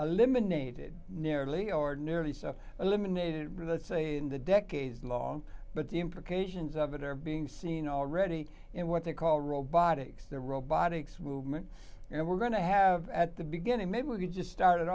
eliminated nearly or nearly so eliminated in the say in the decades long but the implications of it are being seen already in what they call robotics the robotics movement and we're going to have at the beginning maybe we just started